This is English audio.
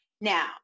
Now